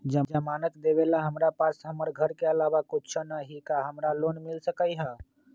जमानत देवेला हमरा पास हमर घर के अलावा कुछो न ही का हमरा लोन मिल सकई ह?